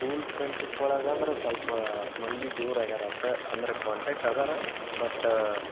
school friendship ಒಳಗಂದ್ರೆ ಸ್ವಲ್ಪ ಮಂದಿ ದೂರ ಆಗ್ಯಾರೆ ಅಷ್ಟೇ ಅಂದ್ರೆ ಕಾಂಟೆಕ್ಟ್ ಇದಾರೆ ಬಟ್ಟ